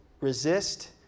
Resist